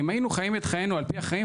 אם היינו חיים את חיינו על פי החריב,